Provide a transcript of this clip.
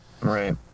Right